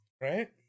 Right